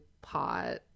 pot